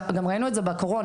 גם ראינו את זה בקורונה,